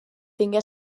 tingué